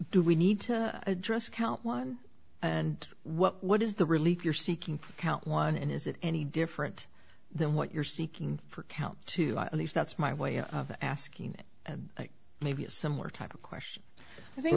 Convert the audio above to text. do we need to address count one and what is the relief you're seeking for count one and is it any different than what you're seeking for count two at least that's my way of asking it and maybe a similar type of question i think